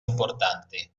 importante